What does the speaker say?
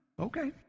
Okay